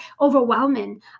overwhelming